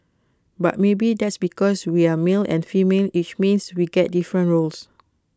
but maybe that's because we're male and female which means we get different roles